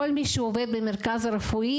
כל מי שעובד במרכז רפואי,